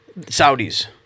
saudis